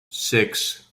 six